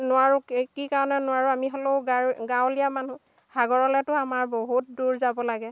নোৱাৰোঁ কে কি কাৰণে নোৱাৰোঁ আমি হ'লো গাৰু গাৱলীয়া মানুহ সাগৰলেতো আমাৰ বহুত দূৰ যাব লাগে